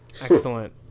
Excellent